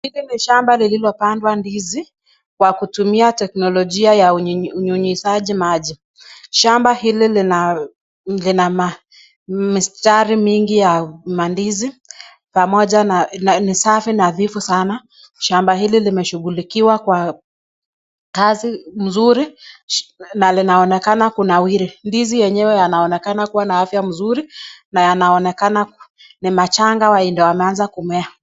Hili ni shamba lililopandwa ndizi kwa teknologia ya unyunyizaji maji, shamba hili lina mistari mingi ya mandizi, ni safi nadhifu sana, shamba hili limeshughulikiwa kwa kazi mzuri, na linaonekana kunawili, ndizi yenyewe yanaonekana kuwa na afya mzuri na yanaonekana ni machanga ndio yameanza kumea.